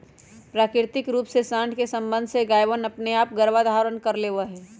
प्राकृतिक रूप से साँड के सबंध से गायवनअपने आप गर्भधारण कर लेवा हई